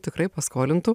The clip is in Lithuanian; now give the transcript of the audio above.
tikrai paskolintų